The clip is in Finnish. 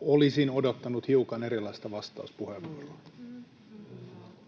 olisin odottanut hiukan erilaista vastauspuheenvuoroa.